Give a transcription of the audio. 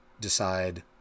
decide